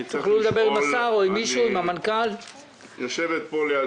תוכלו לדבר עם השר או עם המנכ"ל או עם מישהו?